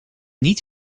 niet